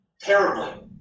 terribly